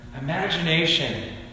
imagination